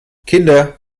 kinder